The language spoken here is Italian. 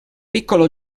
piccolo